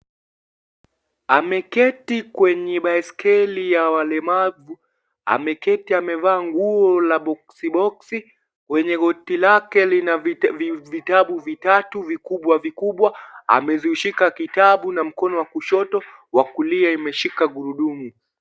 Ameketi kwenye baiskeli ya walemavu, ameketi amevaa nguo la boxi boxi, kwenye koti lake lina vitabu vitatu vikubwa vikubwa, amezishika kitabu na mkono wa kushoto, wa kulia imeshika gurudumu.